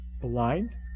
blind